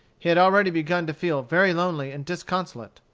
he had already begun to feel very lonely and disconsolate.